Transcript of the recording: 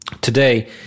Today